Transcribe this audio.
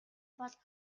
бол